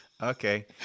Okay